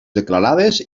declarades